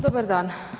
Dobar dan.